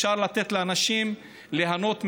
אפשר לתת לאנשים ליהנות ממנו,